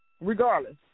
regardless